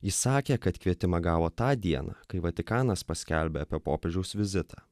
įsakė kad kvietimą gavo tą dieną kai vatikanas paskelbė apie popiežiaus vizitą